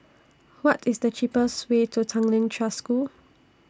What IS The cheapest Way to Tanglin Trust School